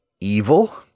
evil